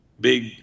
big